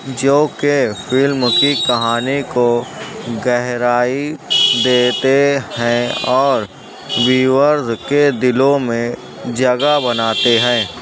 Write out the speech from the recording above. جوکہ فلم کی کہانی کو گہرائی دیتے ہیں اور ویورز کے دلوں میں جگہ بناتے ہیں